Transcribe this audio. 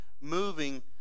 moving